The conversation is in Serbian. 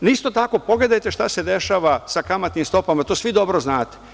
Isto tako pogledajte šta se dešava sa kamatnim stopama, to svi dobro znate.